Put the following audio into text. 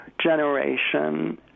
generation